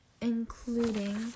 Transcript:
including